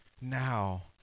now